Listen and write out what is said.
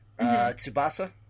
Tsubasa